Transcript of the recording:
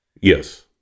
yes